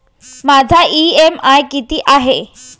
माझा इ.एम.आय किती आहे?